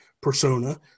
Persona